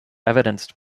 evidenced